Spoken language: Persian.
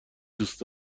دوست